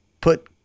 put